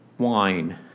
wine